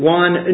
one